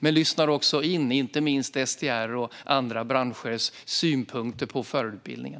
Vi lyssnar också in STR och andra branschers synpunkter på förarutbildningen.